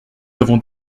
avons